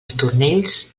estornells